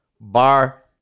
bar